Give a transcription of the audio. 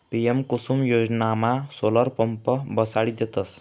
PM Kusum योजनामा solar pump बसाडी देतस